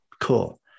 cool